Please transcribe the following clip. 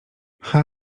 cha